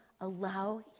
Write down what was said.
allow